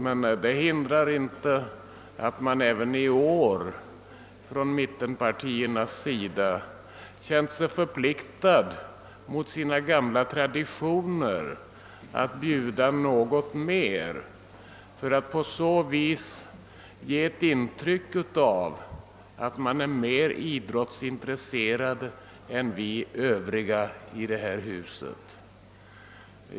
Men det hindrar inte att man även i år från mittenpartiernas sida känt sig förpliktad mot sina gamla traditioner att bju da något därutöver för att på så sätt ge ett intryck av att man är mer idrottsintresserad än vi övriga i detta hus.